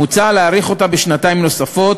מוצע להאריך אותה בשנתיים נוספות,